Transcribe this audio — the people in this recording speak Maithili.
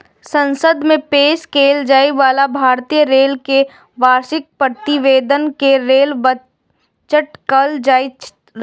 संसद मे पेश कैल जाइ बला भारतीय रेल केर वार्षिक प्रतिवेदन कें रेल बजट कहल जाइत रहै